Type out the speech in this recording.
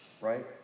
right